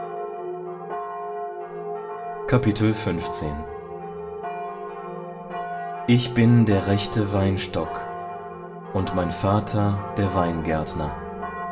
ich bin der rechte weinstock und mein vater der weingärtner